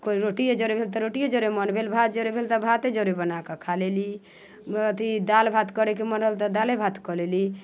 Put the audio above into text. कोइ रोटिए जरे भेल तऽ रोटिए जरे मन भेल भात जरे भेल तऽ भाते जरे बना कऽ खा लेली अथी दालि भात करैके मन रहल तऽ दालिए भात कऽ लेली